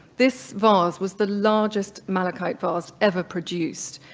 this vase was the largest malachite vase ever produced,